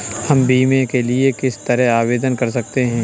हम बीमे के लिए किस तरह आवेदन कर सकते हैं?